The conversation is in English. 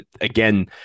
again